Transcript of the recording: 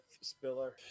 Spiller